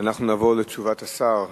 אנחנו נעבור לתשובת השר.